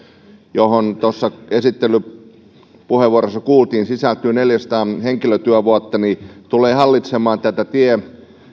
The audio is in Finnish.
johon kuten tuossa esittelypuheenvuorossa kuultiin sisältyy neljäsataa henkilötyövuotta tulee hallitsemaan tie